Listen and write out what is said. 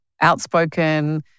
outspoken